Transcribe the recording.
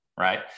right